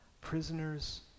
Prisoners